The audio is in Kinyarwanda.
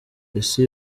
ese